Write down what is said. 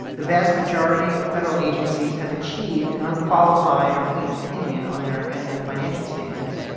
the vast majority of federal agencies have achieved an unqualified or clean opinion on their annual financial statements,